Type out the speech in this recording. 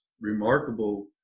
remarkable